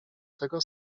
tego